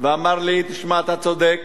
והוא אמר לי: תשמע, אתה צודק,